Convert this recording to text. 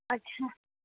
अच्छा